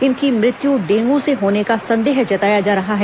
इनकी मृत्यु डेंगू से होने का संदेह जताया जा रहा है